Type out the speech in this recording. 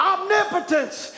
Omnipotence